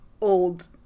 old